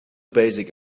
basic